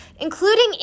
including